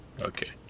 okay